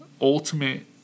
ultimate